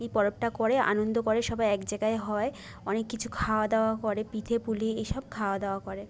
এই পরবটা করে আনন্দ করে সবাই এক জায়গায় হয় অনেক কিছু খাওয়া দাওয়া করে পিঠে পুলি এসব খাওয়া দাওয়া করে